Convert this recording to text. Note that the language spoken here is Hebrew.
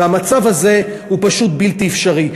והמצב הזה הוא פשוט בלתי אפשרי.